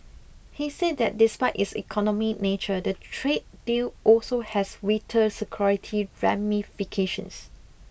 he said that despite its economy nature the trade deal also has vital security ramifications